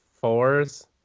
fours